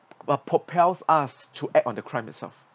will propels us to act on the crime itself